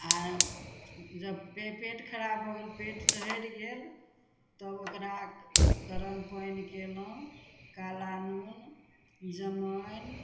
आओर जब पेट खराप भऽ गेल पेट चढ़ि गेल तब ओकरा गरम पानि कयलहुँ काला नून जमाइन